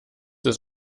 ist